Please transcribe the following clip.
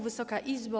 Wysoka Izbo!